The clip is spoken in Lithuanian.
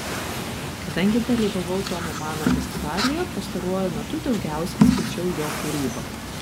kadangi dalyvavau tomo mano festivalyje pastaruoju metu daugiausiai skaičiau jo kūrybą